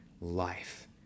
life